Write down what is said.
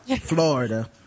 Florida